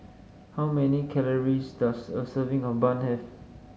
how many calories does a serving of bun have